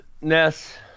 Ness